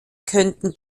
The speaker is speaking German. könnten